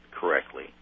correctly